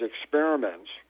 experiments